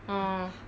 orh